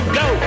go